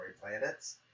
planets